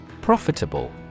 Profitable